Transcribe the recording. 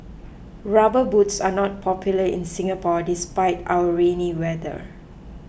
rubber boots are not popular in Singapore despite our rainy weather